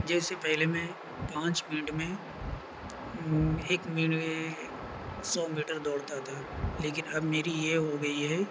جیسے پہلے میں پانچ منٹ میں ایک منٹ سو میٹر دوڑتا تھا لیکن اب میری یہ ہو گئی ہے